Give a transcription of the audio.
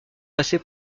passer